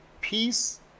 peace